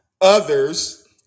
others